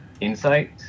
Insight